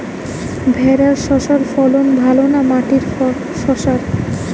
ভেরার শশার ফলন ভালো না মাটির শশার?